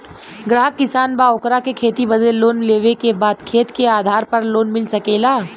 ग्राहक किसान बा ओकरा के खेती बदे लोन लेवे के बा खेत के आधार पर लोन मिल सके ला?